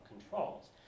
controls